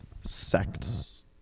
sects